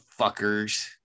fuckers